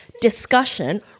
discussion